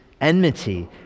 enmity